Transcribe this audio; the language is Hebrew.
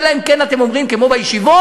אלא אם כן אתם אומרים כמו בישיבות,